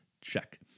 Check